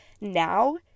now